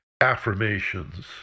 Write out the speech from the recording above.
affirmations